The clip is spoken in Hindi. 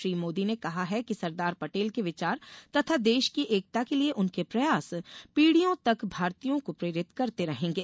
श्री मोदी ने कहा है कि सरदार पटेल के विचार तथा देश की एकता के लिये उनके प्रयास पीड़ियों तक भारतीयों को प्रेरित करते रहेंगे